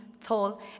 tall